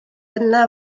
yna